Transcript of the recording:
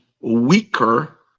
weaker